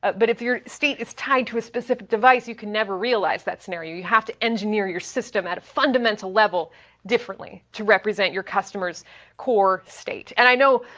but if your state is tied to a specific device, you can never realize that scenario. you have to engineer your system at a fundamental level differently to represent your customer's core state. and i know,